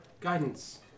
guidance